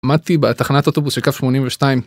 עמדתי בתחנת אוטובוס של קו 82